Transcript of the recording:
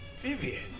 Vivian